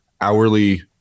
hourly